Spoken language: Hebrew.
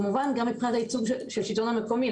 כמובן גם מבחינת הייצוג של השלטון המקומי,